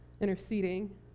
interceding